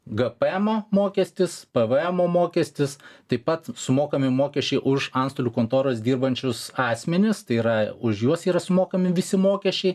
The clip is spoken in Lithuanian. gpemo mokestis pvemo mokestis taip pat sumokami mokesčiai už antstolių kontoros dirbančius asmenis tai yra už juos yra sumokami visi mokesčiai